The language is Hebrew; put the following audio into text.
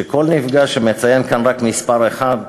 כל נפגע מציין כאן רק מספר אחד,